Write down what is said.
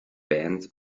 band